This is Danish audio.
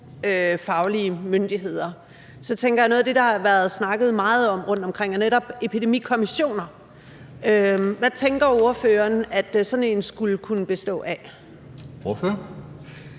sundhedsfaglige myndigheder, tænker jeg, at noget af det, der har været snakket meget om rundtomkring, netop er epidemikommissioner. Hvad tænker ordføreren at sådan en skulle kunne bestå af? Kl.